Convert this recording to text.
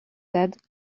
said